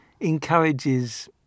encourages